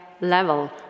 level